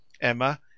Emma